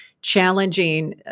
Challenging